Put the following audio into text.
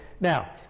now